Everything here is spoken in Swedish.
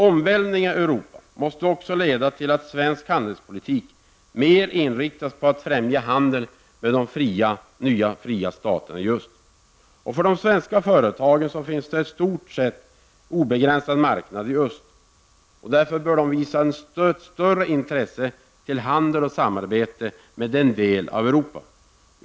Omvälvningarna i Europa måste också leda till att svensk handelspolitik mer inriktas på att främja handeln med de nya, fria staterna i öst. För de svenska företagen finns en i stort sett obegränsad marknad i öst. Därför bör de visa större intresse för handel och samarbete med denna del av Europa.